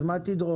אז מה תדרוש,